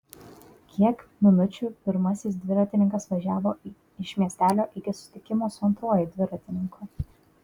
kiek minučių pirmasis dviratininkas važiavo iš miestelio iki susitikimo su antruoju dviratininku